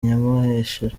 nyamuheshera